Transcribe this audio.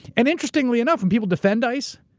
and interestingly enough, when people defend ice,